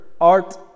art